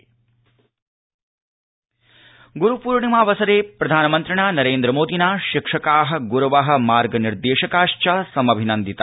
प्रधानमन्त्री गुरुपूर्णिमा गुरुपूर्णिमावसरे प्रधानमन्त्रिणा नरेन्द्र मोदिना शिक्षका गुरव मार्गनिर्देशकाश्च समभिनिन्दता